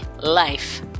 life